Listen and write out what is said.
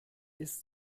ist